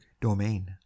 domain